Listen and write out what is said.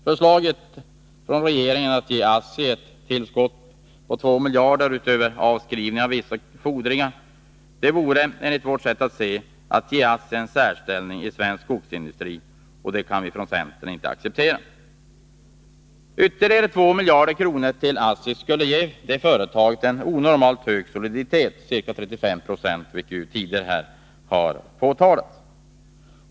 Förslaget från regeringen att ge ASSI 2 miljarder i kapitaltillskott utöver avskrivning av vissa fordringar vore enligt vårt sätt att se att ge ASSI en särställning i svensk skogsindustri, och det kan vi från centern inte acceptera. Ytterligare 2 miljarder till ASSI skulle ge det företaget en onormalt hög soliditet — ca 35 96, vilket ju tidigare här har påtalats.